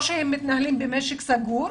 או שהם מתנהלים במשק סגור,